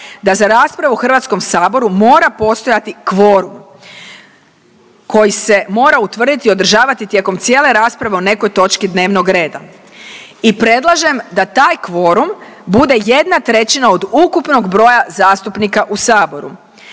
da za raspravu u HS-u mora postojati kvorum koji se mora utvrditi i održavati tijekom cijele rasprave o nekoj točki dnevnog reda i predlažem da taj kvorum bude 1/3 od ukupnog broja zastupnika u Saboru.